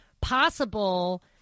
possible